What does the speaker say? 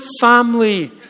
family